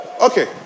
Okay